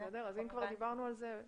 אם כבר דיברנו על זה,